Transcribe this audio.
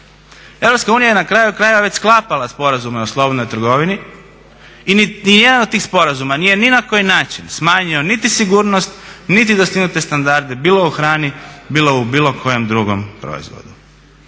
je na kraju krajeva već sklapala sporazume o slobodnoj trgovini i niti jedan od tih sporazuma nije ni na koji način smanjio niti sigurnost, niti dostignute standarde bilo u hrani, bilo u bilo kojem drugom proizvodu.